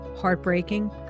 heartbreaking